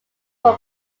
from